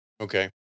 Okay